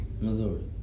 Missouri